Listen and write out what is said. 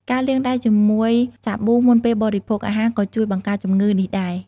ការលាងដៃជាមួយសាប៊ូមុនពេលបរិភោគអាហារ ក៏ជួយបង្ការជំងឺនេះដែរ។